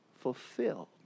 fulfilled